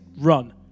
run